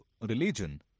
religion